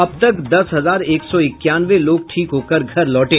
अब तक दस हजार एक सौ इक्यानवे लोग ठीक होकर घर लौटे